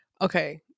Okay